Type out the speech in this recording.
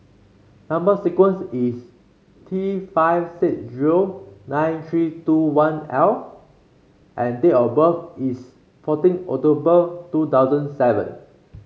number sequence is T five six zero nine three two one L and date of birth is fourteen October two thousand seven